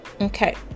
Okay